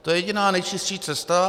To je jediná nejčistší cesta.